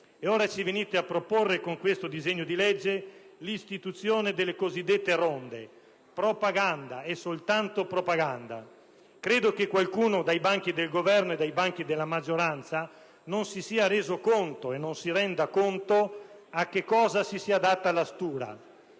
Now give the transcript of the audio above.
E ora ci venite a proporre con questo disegno di legge l'istituzione delle cosiddette ronde. Propaganda. È soltanto propaganda. Credo che qualcuno, dai banchi del Governo e della maggioranza, non si sia reso conto, non si renda conto a che cosa si sia data la stura.